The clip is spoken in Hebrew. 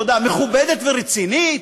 מכובדת ורצינית?